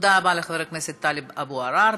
תודה רבה לחבר הכנסת טלב אבו עראר.